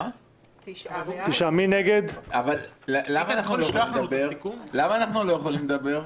אבל למה אנחנו לא יכולים לדבר?